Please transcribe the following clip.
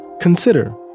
Consider